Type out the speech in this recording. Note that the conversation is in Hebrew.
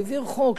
הוא העביר חוק,